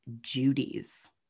Judy's